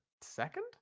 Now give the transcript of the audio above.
second